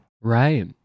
Right